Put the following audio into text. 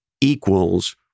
equals